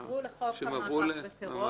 הן עברו לחוק המאבק בטרור,